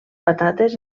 patates